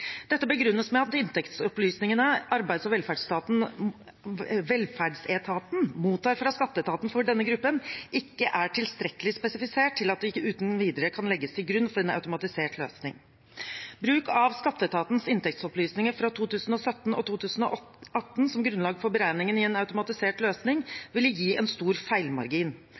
Dette begrunnes med at inntektsopplysningene arbeids- og velferdsetaten mottar fra skatteetaten for denne gruppen, ikke er tilstrekkelig spesifisert til at de ikke uten videre kan legges til grunn for en automatisert løsning. Bruk av skatteetatens inntektsopplysninger fra 2017 og 2018 som grunnlag for beregningen i en automatisert løsning, ville gi en stor feilmargin.